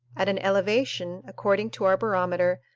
at an elevation, according to our barometer,